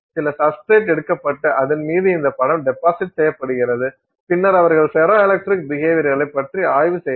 சில சப்ஸ்டிரேட் எடுக்கப்பட்டு அதன் மீது இந்த படம் டெபாசிட் செய்யப்படுகிறது பின்னர் அவர்கள் ஃபெரோ எலக்ட்ரிக் பிஹேவியர் பற்றி ஆய்வு செய்தனர்